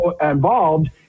involved